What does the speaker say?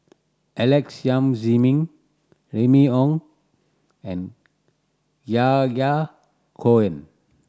Alex Yam Ziming Remy Ong and Yahya Cohen